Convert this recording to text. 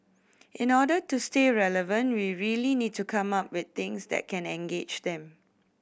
in order to stay relevant we really need to come up with things that can engage them